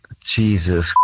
Jesus